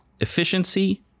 efficiency